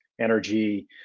energy